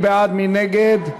מי נגד?